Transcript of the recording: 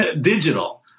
digital